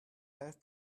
have